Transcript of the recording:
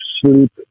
sleep